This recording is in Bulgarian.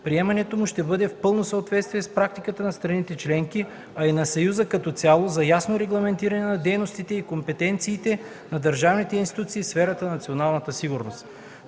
Приемането му ще бъде в пълно съответствие с практиката на страните членки, а и на Съюза като цяло – за ясно регламентиране на дейностите и компетенциите на държавните институции в сферата на националната сигурност.